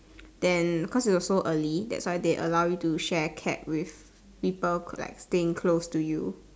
then cause it was so early that's why they allow you to share cab with people like staying close to you